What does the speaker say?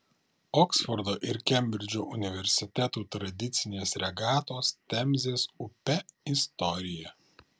oksfordo ir kembridžo universitetų tradicinės regatos temzės upe istorija